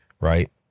right